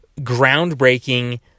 groundbreaking